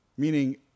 meaning